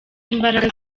imbaraga